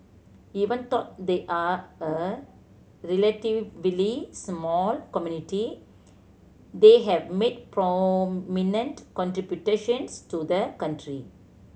even though they are a relatively small community they have made prominent contributions to the country